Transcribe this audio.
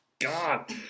God